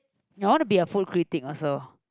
no I want to be a food critique also